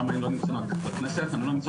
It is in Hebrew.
למה הם לא נמצאים בכנסת אני לא נמצא